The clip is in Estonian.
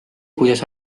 kuidas